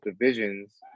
divisions